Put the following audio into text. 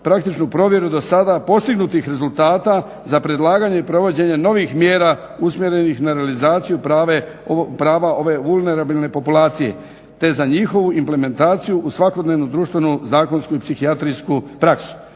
praktičnu provjeru do sada postignutih rezultata za predlaganje i provođenje novih mjera usmjerenih na realizaciju prava ove vulnerabilne populacije. Te za njihovu implementaciju u svakodnevnu društvenu, zakonsku i psihijatrijsku praksu.